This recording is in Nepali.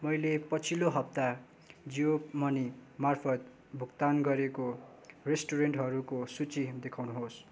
मैले पछिल्लो हप्ता जियो मनीमार्फत भुक्तान गरेको रेस्टुरेन्टहरूको सूची देखाउनुहोस्